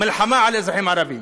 מלחמה על האזרחים הערבים.